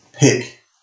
Pick